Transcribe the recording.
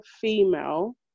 female